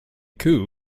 koo